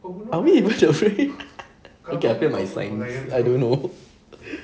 I don't know